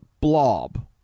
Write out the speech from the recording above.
blob